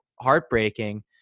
heartbreaking